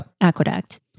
aqueduct